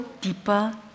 deeper